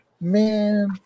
Man